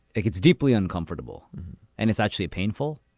it gets deeply uncomfortable and it's actually painful.